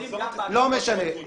לא משנה,